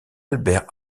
albert